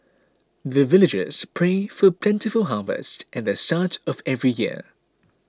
the villagers pray for plentiful harvest at the start of every year